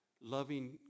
loving